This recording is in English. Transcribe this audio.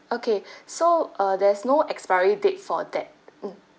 okay so uh there's no expiry date for that mm